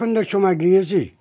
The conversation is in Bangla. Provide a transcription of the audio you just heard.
ঠাণ্ডার সময় গিয়েছি